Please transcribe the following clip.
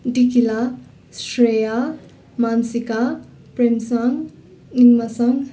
Dikila Shreya Mansika Prinsang Inmasang